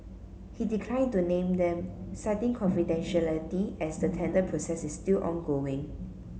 he declined to name them citing confidentiality as the tender process is still ongoing